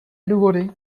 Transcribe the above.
důvody